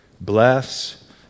bless